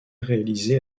réalisés